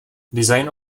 design